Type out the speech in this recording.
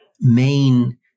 main